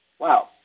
Wow